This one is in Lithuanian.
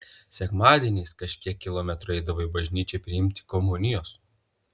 sekmadieniais kažkiek kilometrų eidavo į bažnyčią priimti komunijos